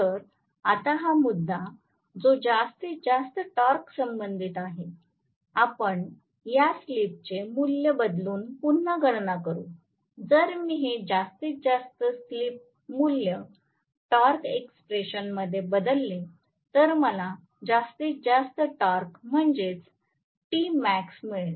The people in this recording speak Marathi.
तर आता हा मुद्दा जो जास्तीत जास्त टॉर्कशी संबंधित आहे आपण या स्लिपचे मूल्य बदलून पुन्हा गणना करू जर मी हे जास्तीत जास्त स्लिप मूल्य टॉर्क एक्स्प्रेशन मध्ये बदलले तर मला जास्तीत जास्त टॉर्क म्हणजेच Tmax मिळेल